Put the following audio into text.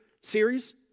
series